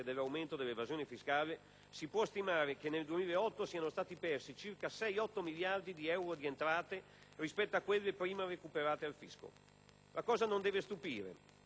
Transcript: si può stimare che nel 2008 siano stati persi circa 6-8 miliardi di euro di entrate rispetto a quelle prima recuperate al fisco. La cosa non deve stupire: si raccoglie quanto seminato.